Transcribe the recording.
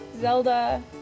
Zelda